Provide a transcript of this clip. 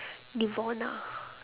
devona